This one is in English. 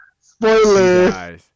Spoiler